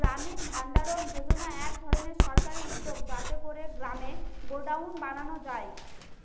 গ্রামীণ ভাণ্ডারণ যোজনা এক ধরনের সরকারি উদ্যোগ যাতে করে গ্রামে গডাউন বানানো যায়